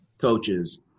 coaches